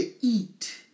eat